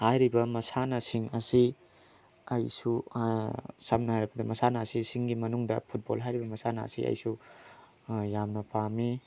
ꯍꯥꯏꯔꯤꯕ ꯃꯁꯥꯟꯅꯁꯤꯡ ꯑꯁꯤ ꯑꯩꯁꯨ ꯁꯝꯅ ꯍꯥꯏꯔꯕꯗ ꯃꯁꯥꯟꯅ ꯑꯁꯤꯁꯤꯡꯒꯤ ꯃꯅꯨꯡꯗ ꯐꯨꯠꯕꯣꯜ ꯍꯥꯏꯔꯤꯕ ꯃꯁꯥꯟꯅ ꯑꯁꯤ ꯑꯩꯁꯨ ꯌꯥꯝꯅ ꯄꯥꯝꯃꯤ